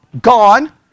gone